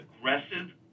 aggressive